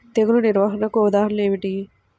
తెగులు నిర్వహణకు ఉదాహరణలు ఏమిటి?